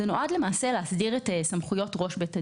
זה נועד למעשה להסדיר את סמכויות ראש בית הדין.